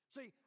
See